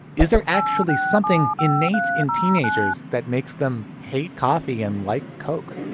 is there actually something innate in teenagers that makes them hate coffee and like coke?